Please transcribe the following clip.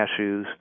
cashews